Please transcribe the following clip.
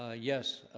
ah yes,